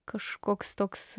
kažkoks toks